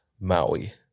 Maui